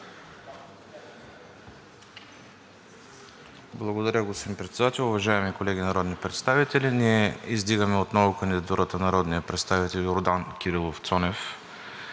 Благодаря, господин Председател. Уважаеми колеги народни представители, ние издигаме отново кандидатурата на народния представител Йордан Кирилов Цонев.